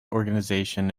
organization